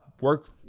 work